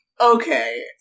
Okay